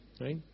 right